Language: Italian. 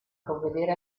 provvedere